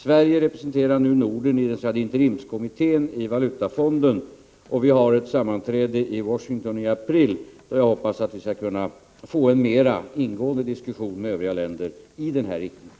Sverige representerar Norden i interimkommittén i Valutafonden. Vi har ett sammanträde i Washington i april, då jag hoppas att vi kan få en mera ingående diskussion med de andra ländernas representanter.